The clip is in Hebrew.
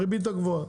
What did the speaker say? הריבית הגבוהה.